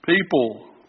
People